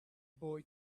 boy